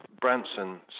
Branson